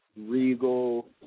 regal